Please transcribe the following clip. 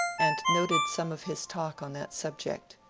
and noted some of his talk on that subject.